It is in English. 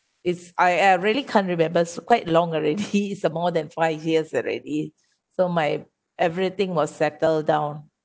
it's I I really can't remember it's quite long already It's uh more than five years already so my everything was settled down